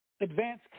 advanced